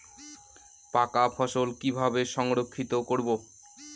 পাকা ফসল কিভাবে সংরক্ষিত করব?